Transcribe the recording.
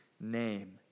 name